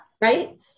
Right